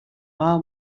are